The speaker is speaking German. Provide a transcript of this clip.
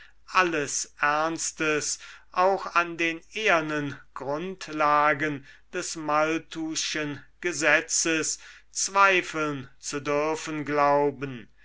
allen ernstes auch an den ehernen grundlagen des malthusschen gesetzes zweifeln zu dürfen glauben